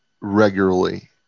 regularly